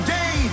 day